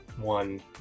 one